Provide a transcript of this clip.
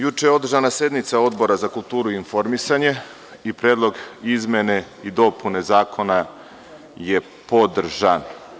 Juče je održana sednica Odbora za kulturu i informisanje i predlog izmene i dopune zakona je podržan.